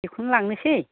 बेखौनो लांनोसै